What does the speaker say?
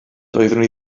doeddwn